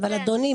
אבל אדוני,